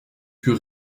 pus